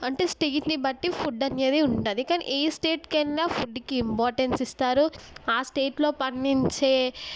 అంటే స్టేట్ని బట్టి ఫుడ్ అనేది ఉంటుంది కానీ ఏ స్టేట్కెళ్ళిన ఫుడ్కి ఇంపార్టెన్స్ ఇస్తారు ఆ స్టేట్లొ పన్నించే